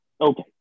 okay